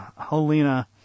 Helena